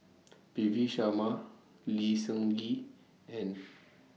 P V Sharma Lee Seng Gee and